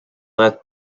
red